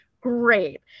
Great